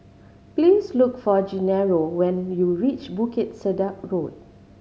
please look for Genaro when you reach Bukit Sedap Road